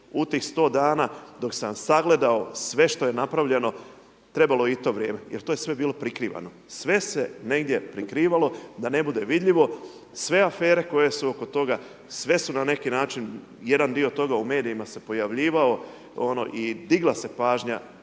U tih 100 dana dok sam sagledao sve što je napravljeno, trebalo je i to vrijeme jer to je sve bilo prikrivano. Sve se negdje prikrivalo da ne bude vidljivo, sve afere koji su oko toga, sve su na neki način jedan dio toga u medijima se pojavljivao i digla se pažnja